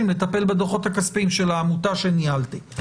לטפל בדוחות הכספיים של העמותה שניהלתי.